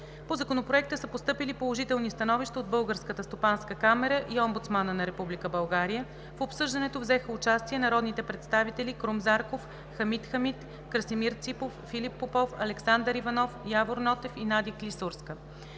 По Законопроекта са постъпили положителни становища от Българската стопанска камара и от Омбудсмана на Република България. В обсъждането взеха участие народните представители Крум Зарков, Хамид Хамид, Красимир Ципов, Филип Попов, Александър Иванов, Явор Нотев и Надя Клисурска.